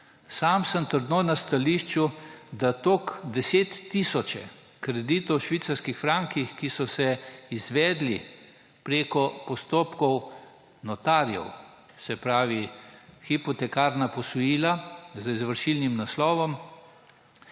Sam sem trdno na stališču, da toliko deset tisočev kreditov v švicarskih frankih, ki so se izvedli preko postopkov notarjev, se pravi hipotekarna posojila z izvršilnim naslovom,